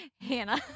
Hannah